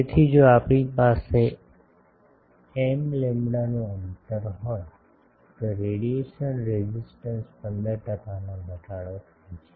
તેથી જો આપણી પાસે અમ લમ્બાડાનું અંતર ન હોય તો રેડિયેશન રેઝિસ્ટન્સ 15 ટકાનો ઘટાડો થાય છે